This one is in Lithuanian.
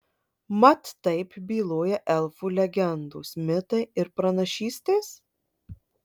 mat taip byloja elfų legendos mitai ir pranašystės